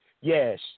yes